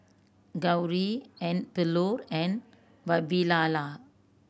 Gauri and Bellur and Vavilala